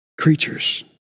creatures